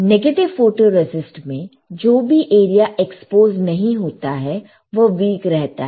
negative photoresist में जो भी एरिया एक्सपोज नहीं होता है वह कमज़ोर रहता है